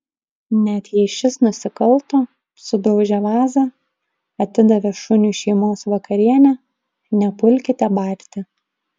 net jei šis nusikalto sudaužė vazą atidavė šuniui šeimos vakarienę nepulkite barti